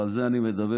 ועל זה אני מדבר.